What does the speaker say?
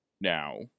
now